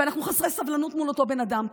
ואנחנו חסרי סבלנות מול אותו אדם.